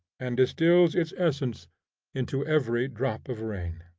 and distils its essence into every drop of rain.